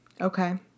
okay